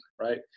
right